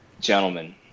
Gentlemen